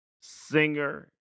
singer